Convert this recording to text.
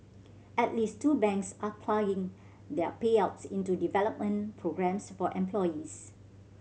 at least two banks are ploughing their payouts into development programmes for employees